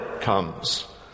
comes